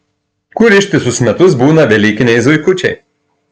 kur ištisus metus būna velykiniai zuikučiai